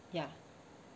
ya